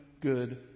good